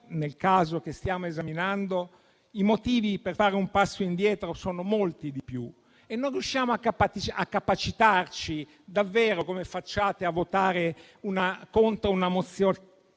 nel caso che stiamo esaminando i motivi per fare un passo indietro sono molti di più e non riusciamo a capacitarci davvero come facciate a votare contro una mozione